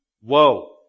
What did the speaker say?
Whoa